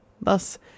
thus